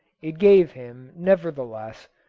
it gave him, nevertheless,